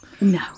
No